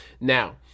now